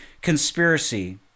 conspiracy